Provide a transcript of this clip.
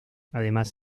además